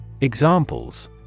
Examples